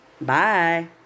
Bye